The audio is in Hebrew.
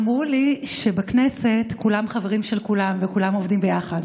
אמרו לי שבכנסת כולם חברים של כולם וכולם עובדים ביחד,